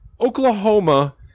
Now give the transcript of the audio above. Oklahoma